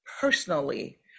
personally